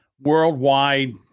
worldwide